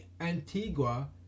Antigua